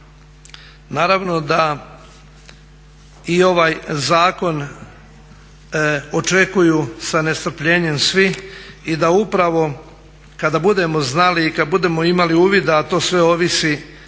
Naravno da i ovaj zakon očekuju sa nestrpljenjem svi i da upravo kada budemo znali i kada budemo imali uvida a to sve ovisi